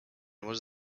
was